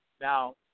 Now